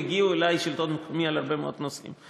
והגיעו אלי מהשלטון המקומי על הרבה מאוד נושאים.